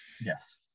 Yes